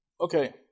Okay